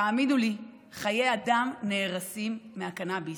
תאמינו לי, חיי אדם נהרסים מהקנביס.